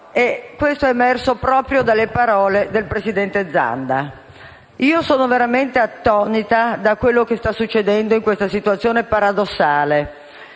Questo è emerso proprio dalle parole del presidente Zanda. Sono veramente attonita per quello che sta accadendo in questa situazione paradossale.